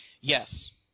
Yes